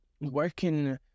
working